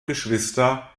geschwister